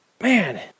Man